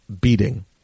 beating